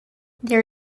there